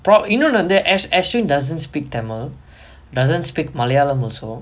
prob இன்னொன்னு வந்து:innonnu vanthu ashwin doesn't speak tamil doesn't speak malayalam also